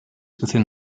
within